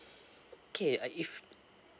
okay uh if